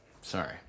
Sorry